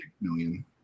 million